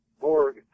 Borg